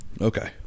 Okay